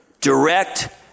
direct